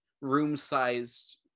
room-sized